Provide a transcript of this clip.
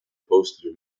posted